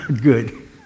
good